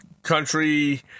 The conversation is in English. Country